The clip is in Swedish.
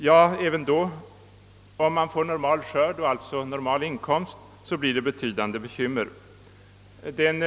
Jo, om man får normal skörd och normal inkomst, blir det betydande bekymmer även då.